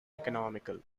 economical